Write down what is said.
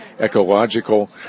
ecological